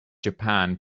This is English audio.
japan